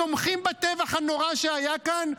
תומכים בטבח הנורא שהיה כאן,